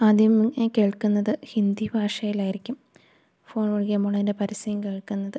ആദ്യം കേൾക്കുന്നത് ഹിന്ദി ഭാഷയിലായിരിക്കും ഫോൺ വിളിക്കാന് പോകുന്നതിൻ്റ പരസ്യം കേൾക്കുന്നത്